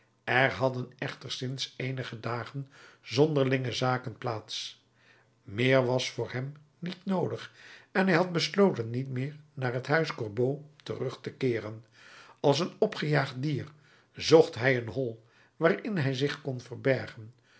er hadden echter sinds eenige dagen zonderlinge zaken plaats meer was voor hem niet noodig en hij had besloten niet meer naar het huis gorbeau terug te keeren als een opgejaagd dier zocht hij een hol waarin hij zich kon verbergen